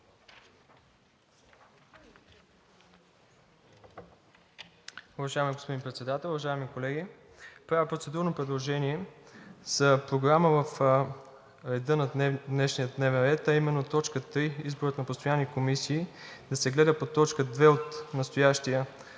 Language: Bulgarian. Уважаеми господин Председател, уважаеми колеги! Правя процедурно предложение за промяна в днешния дневен ред, а именно: точка трета – Избор на постоянни комисии, да се гледа като точка втора от настоящия